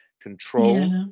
control